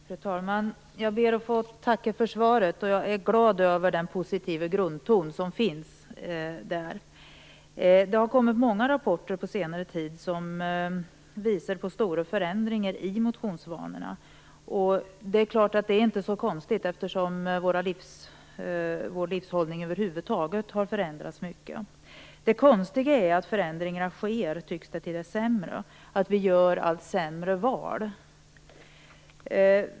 Fru talman! Jag ber att få tacka för svaret. Jag är glad över den positiva grundton som finns där. Det har under senare tid kommit många rapporter som visar på stora förändringar i motionsvanorna. Det är inte så konstigt eftersom vår livshållning över huvud taget har förändrats mycket. Det konstiga är att förändringarna tycks ske till det sämre. Vi gör allt sämre val.